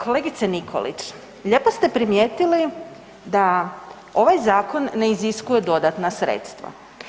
Kolegice Nikolić, lijepo ste primijetili da ovaj zakon ne iziskuje dodatna sredstva.